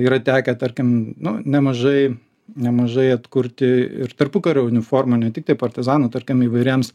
yra tekę tarkim nu nemažai nemažai atkurti ir tarpukario uniformų ne tiktai partizanų tarkim įvairiems